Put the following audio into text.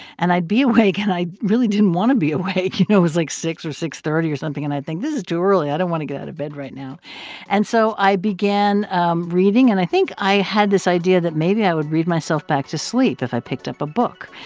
and i'd be awake. and i really didn't want to be awake. you know, it was like six or six thirty or something. and i'd think, this is too early. i don't want to get out of bed right now and so i began um reading. and i think i had this idea that maybe i would read myself back to sleep if i picked up a book.